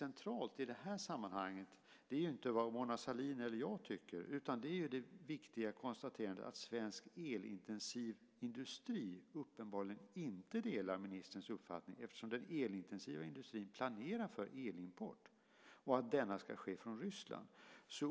Centralt i det här sammanhanget är emellertid inte vad Mona Sahlin eller jag tycker, utan det centrala är det viktiga konstaterandet att svensk elintensiv industri uppenbarligen inte delar ministerns uppfattning eftersom den elintensiva industrin planerar för elimport, och den ska ske från Ryssland.